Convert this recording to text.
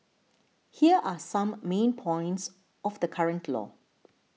here are some main points of the current law